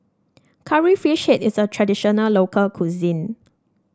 Curry Fish Head is a traditional local cuisine